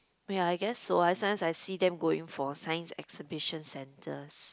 ya I guess so I sometimes I see them going for science exhibition centres